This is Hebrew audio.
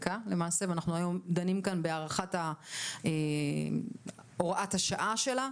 חוקקה למעשה ואנחנו היום דנים כאן בהארכת הוראת השעה שלו.